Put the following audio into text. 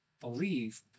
believe